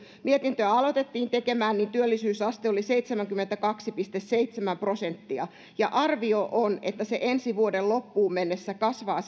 mietintöä alettiin tekemään työllisyysaste oli seitsemänkymmentäkaksi pilkku seitsemän prosenttia ja arvio on että se ensi vuoden loppuun mennessä kasvaa